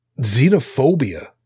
Xenophobia